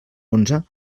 onze